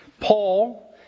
Paul